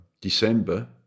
December